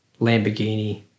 Lamborghini